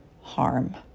harm